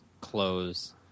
close